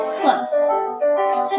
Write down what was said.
close